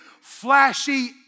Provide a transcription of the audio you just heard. flashy